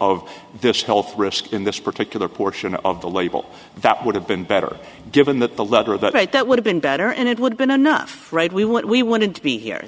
of this health risk in this particular portion of the label that would have been better given that the letter of the date that would have been better and it would been enough right we what we wanted to be here